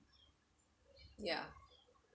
ya